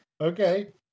Okay